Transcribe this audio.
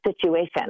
situation